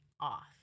off